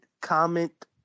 comment